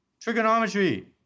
Trigonometry